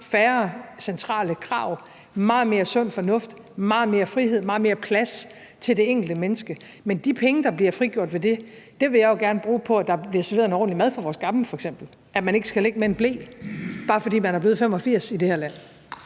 færre centrale krav, meget mere sund fornuft, meget mere frihed, meget mere plads til det enkelte menneske. Men de penge, der bliver frigjort ved det, vil jeg jo gerne bruge på, at der f.eks. bliver serveret en ordentlig mad for vores gamle, og at man ikke skal ligge med en ble, bare fordi man er blevet 85 år i det her land.